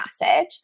message